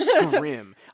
grim